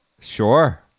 Sure